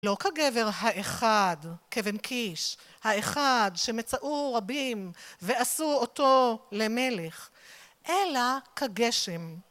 לא כגבר האחד כבן קיש האחד שמצאו רבים ועשו אותו למלך אלא כגשם